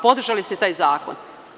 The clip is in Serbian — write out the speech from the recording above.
Podržali ste taj zakon.